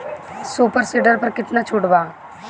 Super seeder पर केतना छूट बा?